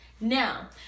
Now